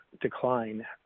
decline